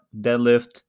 deadlift